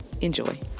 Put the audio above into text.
enjoy